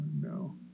no